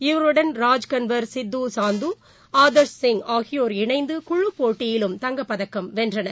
இவருடன் ராஜ்கன்வர் சிங் சாந்து ஆதர்ஷ் சிங் ஆகியோர் இணைந்து குழுப் போட்டியிலும் தங்கப்பதக்கம் வென்றனர்